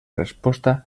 resposta